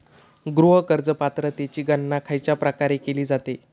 गृह कर्ज पात्रतेची गणना खयच्या प्रकारे केली जाते?